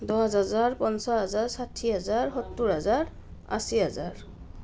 দহ হাজাৰ পঞ্চাছ হাজাৰ ষাঠি হাজাৰ সত্তৰ হাজাৰ আশী হাজাৰ